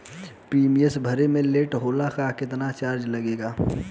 Premium भरे मे late होला पर केतना चार्ज लागेला?